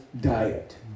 diet